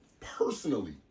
Personally